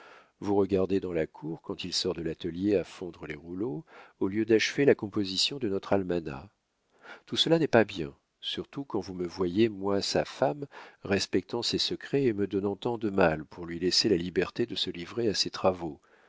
vous regardez dans la cour quand il sort de l'atelier à fondre les rouleaux au lieu d'achever la composition de notre almanach tout cela n'est pas bien surtout quand vous me voyez moi sa femme respectant ses secrets et me donnant tant de mal pour lui laisser la liberté de se livrer à ses travaux